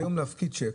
היום להפקיד צ'ק,